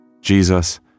Jesus